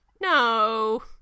No